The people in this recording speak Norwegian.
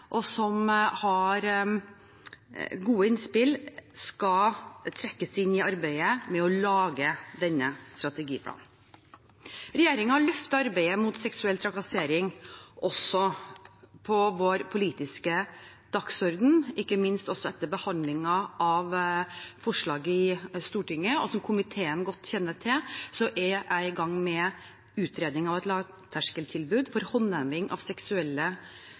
og som har gode innspill, skal trekkes inn i arbeidet med å lage denne strategiplanen. Regjeringen løfter arbeidet mot seksuell trakassering opp på vår politiske dagsorden, ikke minst etter behandling av forslag i Stortinget. Og som komiteen godt kjenner til, er jeg i gang med utredning av et lavterskeltilbud for håndheving av